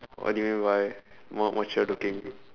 what do mean why more mature looking